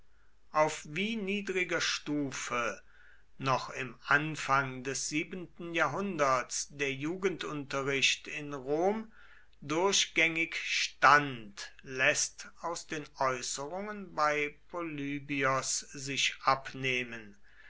auf wie niedriger stufe noch im anfang des siebenten jahrhunderts der jugendunterricht in rom durchgängig stand läßt aus den äußerungen bei polybios sich abnehmen